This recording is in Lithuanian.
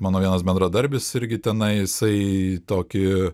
mano vienas bendradarbis irgi tenai jisai tokį